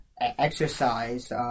exercise